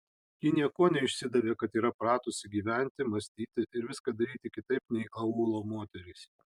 ji niekuo neišsidavė kad yra pratusi gyventi mąstyti ir viską daryti kitaip nei aūlo moterys